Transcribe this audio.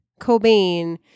Cobain